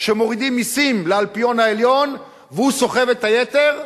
שמורידים מסים לאלפיון העליון והוא סוחב את היתר,